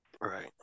Right